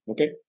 Okay